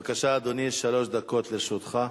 בבקשה, אדוני, שלוש דקות לרשותך.